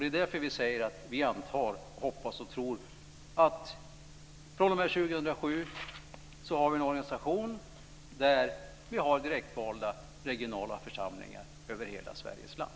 Det är därför vi säger att vi antar, hoppas och tror att fr.o.m. 2007 har vi en organisation där vi har direktvalda regionala församlingar över hela Sveriges land.